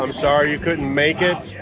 um sorry you couldn't make it.